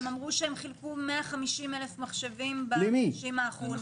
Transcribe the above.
הם אמרו שהם חילקו 150,000 מחשבים בחודשים האחרונים.